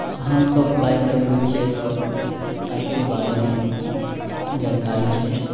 हमसभ बाइक चलबै छियै तऽ बाइकके बारेमे जानकारी छै